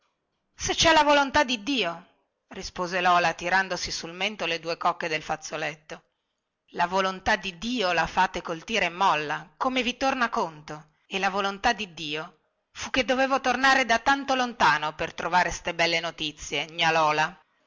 se cè la volontà di dio rispose lola tirandosi sul mento le due cocche del fazzoletto la volontà di dio la fate col tira e molla come vi torna conto e la volontà di dio fu che dovevo tornare da tanto lontano per trovare ste belle notizie gnà lola